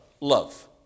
love